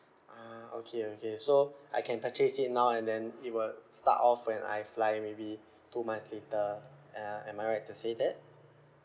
ah okay okay so I can purchase it now and then it will start off when I fly maybe two months later uh am I right to say that